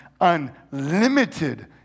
unlimited